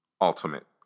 ultimate